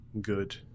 good